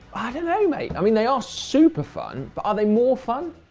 i don't know, mate. i mean they are super-fun, but are they more fun?